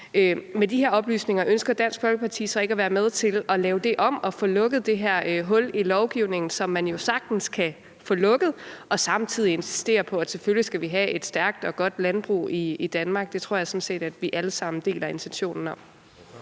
Med de her oplysninger ønsker Dansk Folkeparti så ikke at være med til at lave det om og få lukket det her hul i lovgivningen, som man jo sagtens kan få lukket, og samtidig insistere på, at selvfølgelig skal vi have et stærkt og godt landbrug i Danmark? Det tror jeg sådan set vi alle sammen deler intentionen om.